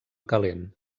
calent